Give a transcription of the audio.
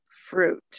fruit